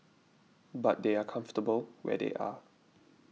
but they are comfortable where they are